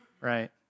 right